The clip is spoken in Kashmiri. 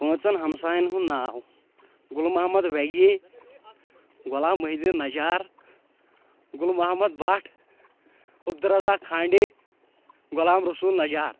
پانٛژن ہمساین ہُنٛد ناو گُل محمد وَگے غلام محی الدیٖن نجار گُل محمد بٹ عبدالرزاق کھانڈے غلام رسوٗل نجار